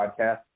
podcast